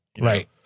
right